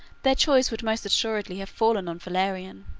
their choice would most assuredly have fallen on valerian.